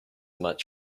much